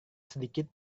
sedikit